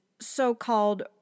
so-called